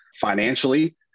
financially